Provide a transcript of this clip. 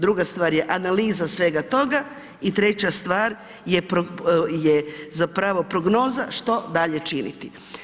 Druga stvar je analiza svega toga i treća stvar je zapravo prognoza što zapravo činiti.